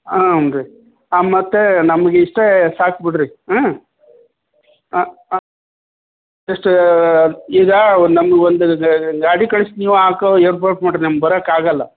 ಹಾಂ ರೀ ಹಾಂ ಮತ್ತೆ ನಮಗೆ ಇಷ್ಟೇ ಸಾಕುಬಿಡ್ರಿ ಹಾಂ ಹಾಂ ಹಾಂ ಎಷ್ಟು ಈಗ ನಮ್ಗೊಂದು ಗಾಡಿ ಕಳ್ಸಿ ನೀವು ಹಾಕೋ ಏರ್ಪಾಟು ಮಾಡಿರಿ ನಮ್ಗೆ ಬರೋಕ್ಕಾಗಲ್ಲ